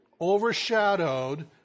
overshadowed